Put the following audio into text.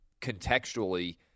contextually